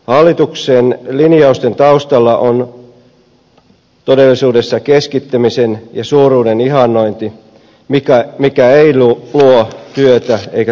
hallituksen linjausten taustalla on todellisuudessa keskittämisen ja suuruuden ihannointi mikä ei luo työtä eikä talouskasvua